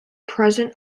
present